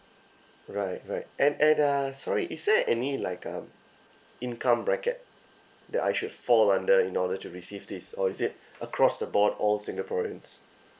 right right and and uh sorry is there any like uh income bracket that I should fall under in order to receive this or is it across the board all singaporeans